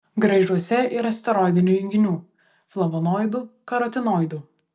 graižuose yra steroidinių junginių flavonoidų karotinoidų